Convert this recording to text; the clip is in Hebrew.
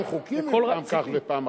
גם חוקים הם פעם כך ופעם אחרת.